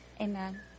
Amen